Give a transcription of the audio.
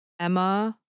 Emma